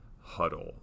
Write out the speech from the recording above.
huddle